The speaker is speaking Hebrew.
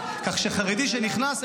כך שחרדי שנכנס,